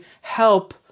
help